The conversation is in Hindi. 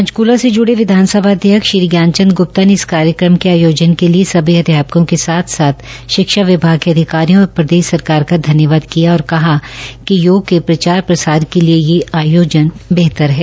पंचकूला से जुड़े विधानसभा अध्यक्ष श्री ज्ञानचंद ग्प्ता ने इस कार्यक्रम के आयोजन के लिए सभी अध्यापकों के साथ साथ शिक्षा विभाग के अधिकारियों और प्रदेश सरकार का धन्यवाद किया और कहा कि योग के प्रचार प्रसार के लिए यह आयोजन बेहतर है